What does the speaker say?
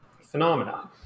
phenomena